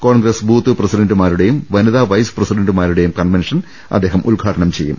Congress booth പ്രസിഡന്റുമാരുടെയും വനിതാ vice പ്രസിഡന്റുമാരുടെയും കൺവൻഷൻ അദ്ദേഹം ഉദ്ഘാ ടനം ചെയ്യും